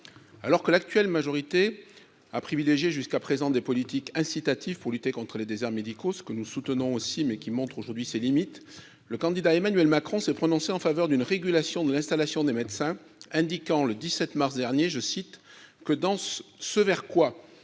Alors que l'actuelle majorité présidentielle avait privilégié jusqu'à présent des politiques incitatives pour lutter contre les déserts médicaux- mesures que nous soutenons, mais qui montrent aujourd'hui leurs limites -, le candidat Emmanuel Macron s'est prononcé en faveur d'une régulation de l'installation des médecins indiquant ceci le 17 mars dernier :« Ce vers quoi